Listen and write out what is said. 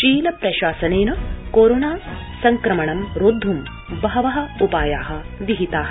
China प्रशासनेन corona संक्रमणं रोद्धुं बहव उपाया विहिता